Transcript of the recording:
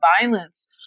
violence